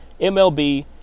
MLB